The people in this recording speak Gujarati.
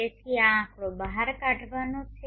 તેથી આ આંકડો બહાર કાઢવાનો છે